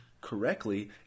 correctly